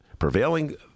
prevailing